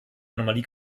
anomalie